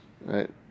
right